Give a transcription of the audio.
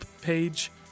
page